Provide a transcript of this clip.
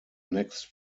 next